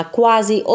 quasi